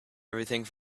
everything